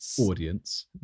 audience